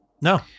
No